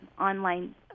online